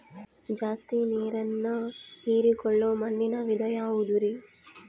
ಜಾಸ್ತಿ ನೇರನ್ನ ಹೇರಿಕೊಳ್ಳೊ ಮಣ್ಣಿನ ವಿಧ ಯಾವುದುರಿ?